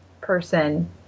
person